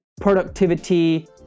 productivity